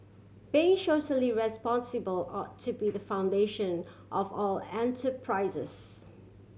being socially responsible ought to be the foundation of all enterprises